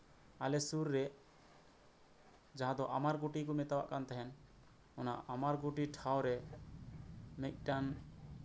ᱟᱞᱮ ᱥᱩᱨ ᱨᱮ ᱡᱟᱦᱟᱸ ᱫᱚ ᱟᱢᱟᱨ ᱠᱩᱴᱤᱨ ᱠᱚ ᱢᱮᱛᱟᱣᱟᱜ ᱠᱟᱱ ᱛᱟᱦᱮᱸᱱ ᱚᱱᱟ ᱟᱢᱟᱨ ᱠᱩᱴᱤᱨ ᱴᱷᱟᱶ ᱨᱮ ᱢᱤᱫᱴᱟᱝ